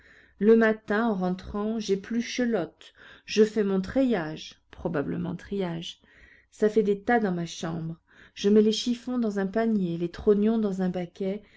le matin en rentrant j'épluche l'hotte je fais mon treillage probablement triage ça fait des tas dans ma chambre je mets les chiffons dans un panier les trognons dans un baquet